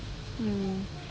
um